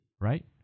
right